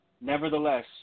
Nevertheless